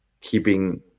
keeping